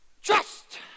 trust